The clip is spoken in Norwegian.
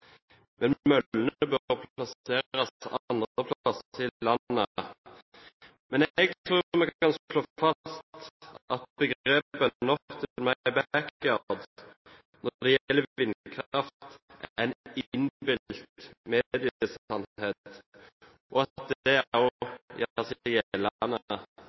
men møllene bør plasseres andre plasser i landet. Men jeg tror vi kan slå fast at begrepet «not in my backyard» når det gjelder vindkraft, er en innbilt mediesannhet, og